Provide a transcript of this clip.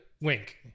Wink